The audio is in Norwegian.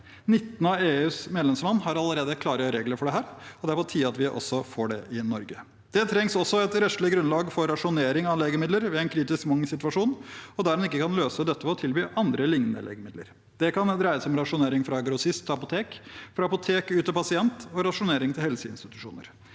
19 av EUs medlemsland har allerede klare regler for dette, og det er på tide at vi også får det i Norge. Det trengs også et rettslig grunnlag for rasjonering av legemidler ved en kritisk mangelsituasjon, og der en ikke kan løse dette ved å tilby andre lignende legemidler. Det kan dreie seg om rasjonering fra grossist til apotek, fra apotek ut til pasient og rasjonering til helseinstitusjoner.